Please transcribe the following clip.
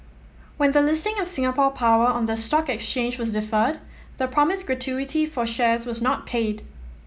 when the listing of Singapore Power on the stock exchange was deferred the promised gratuity for shares was not paid